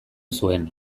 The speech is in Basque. zuen